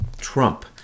Trump